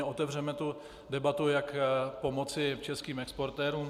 Otevřeme tu debatu, jak pomoci českým exportérům.